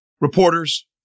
Reporters